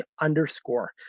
underscore